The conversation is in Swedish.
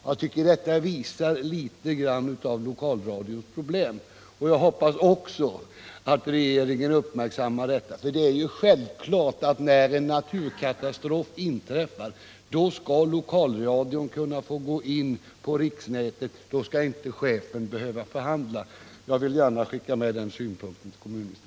Jag tycker att det visar litet av lokalradions problem, och jag hoppas att regeringen uppmärksammar detta. När en naturkatastrof inträffar är det självklart att lokalradion skall kunna gå in på riksnätet. Då skall inte chefen behöva förhandla om det. Jag vill gärna skicka med den synpunkten till kommunministern.